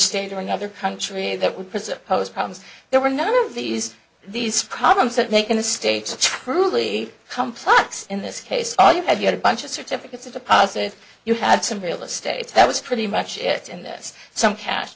state or another country that we presuppose problems there were none of these these problems that make in the states truly complex in this case are you had you had a bunch of certificates of deposit you had some real estate that was pretty much it in this some cash